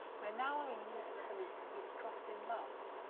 we are now leaning to the belief that he was crossed in love.